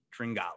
Tringali